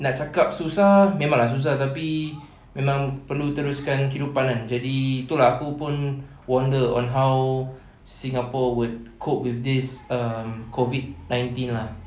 nak cakap susah memang lah susah tapi memang perlu teruskan kehidupan kan jadi tu lah aku pun wonder on how singapore would cope with this um COVID nineteen lah